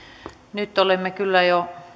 nyt olimme kyllä jo